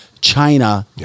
China